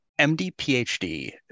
MD-PhD